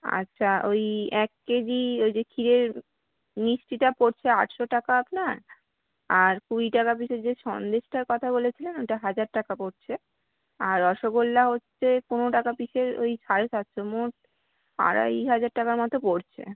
আচ্ছা ওই এক কেজি ওই যে ক্ষীরের মিষ্টিটা পড়ছে আটশো টাকা আপনার আর কুড়ি টাকা পিসের যে সন্দেশটার কথা বলেছিলাম ওইটা হাজার টাকা পড়ছে আর রসগোল্লা হচ্ছে পনেরো টাকা পিসের ওই সাড়ে সাতশ মোট আড়াই হাজার টাকার মতো পড়ছে